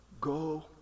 go